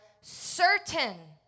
certain